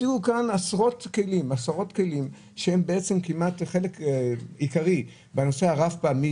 הציעו כאן עשרות כלים שהם כמעט חלק עיקרי בנושא הרב-פעמי